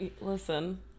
Listen